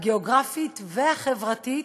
הגיאוגרפית והחברתית,